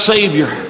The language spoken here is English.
Savior